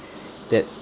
that